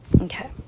Okay